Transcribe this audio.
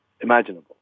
imaginable